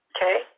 Okay